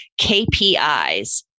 KPIs